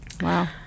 wow